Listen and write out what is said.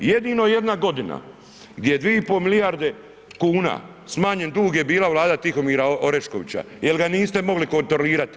Jedino jedna godina gdje je 2,5 milijarde kuna smanjen dug je bila vlada Tihomira Oreškovića jel ga niste mogli kontrolirati.